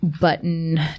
button